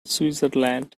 switzerland